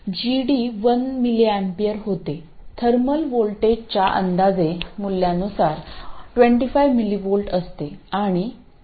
तर gD 1mA होते thermal व्होल्टेजच्या अंदाजे मूल्यानुसार 25mV असते आणि ते 40ms होते